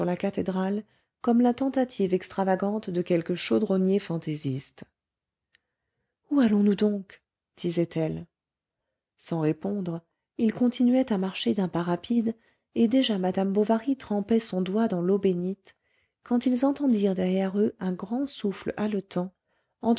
la cathédrale comme la tentative extravagante de quelque chaudronnier fantaisiste où allons-nous donc disait-elle sans répondre il continuait à marcher d'un pas rapide et déjà madame bovary trempait son doigt dans l'eau bénite quand ils entendirent derrière eux un grand souffle haletant